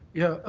yeah,